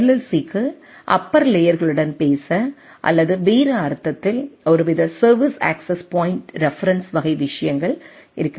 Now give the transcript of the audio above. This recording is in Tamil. சிக்கு அப்பர் லேயர்களுடன் பேச அல்லது வேறு அர்த்தத்தில் ஒருவித சர்வீஸ் அக்சஸ் பாயிண்ட் ரெபெரென்ஸ் வகை விஷயங்கள் இருக்க வேண்டும்